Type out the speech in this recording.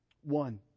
One